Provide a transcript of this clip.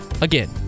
Again